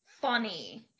funny